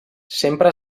sempre